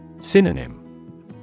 Synonym